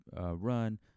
run